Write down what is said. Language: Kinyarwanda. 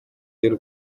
y’u